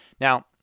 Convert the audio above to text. Now